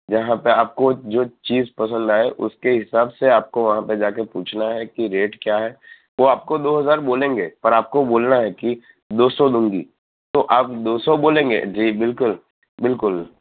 યહાં પે આપકો જો ચીઝ પસંદ આએ ઉસકે હિસાબ સે આપકો વહાં પે જાકે પૂછના હૈ કિ રેટ ક્યા હૈ વો આપકો દો હજાર બોલેંગે પર આપકો બોલના હે કી દોસો દુંગી તો આપ દો સો બોલેંગે જી બિલકુલ બિલકુલ